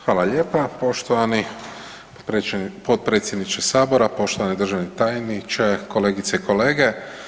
Hvala lijepa poštovani potpredsjedniče Sabora, poštovani državni tajniče, kolegice i kolege.